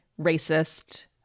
racist